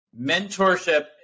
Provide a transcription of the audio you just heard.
Mentorship